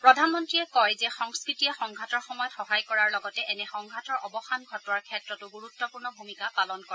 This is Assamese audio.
প্ৰধানমন্ত্ৰীয়ে কয় যে সংস্কৃতিয়ে সংঘাতৰ সময়ত সহায় কৰাৰ লগতে এনে সংঘাতৰ অৱসান ঘটোৱাৰ ক্ষেত্ৰতো গুৰুত্বপূৰ্ণ ভূমিকা পালন কৰে